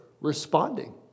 responding